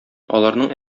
аларның